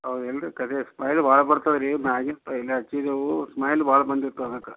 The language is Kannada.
ಹೌದಲ್ಲ ರೀ ಕರೆ ಸ್ಮೈಲ್ ಭಾಳ ಬರ್ತವೆ ರೀ ಮ್ಯಾಗಿನ ಹಚ್ಚಿದೆವು ಸ್ಮೈಲ್ ಭಾಳ ಬಂದಿತ್ತು ಅದಕ್ಕೆ